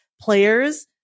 players